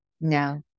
No